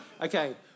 Okay